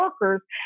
workers